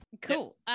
Cool